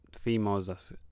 females